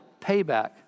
payback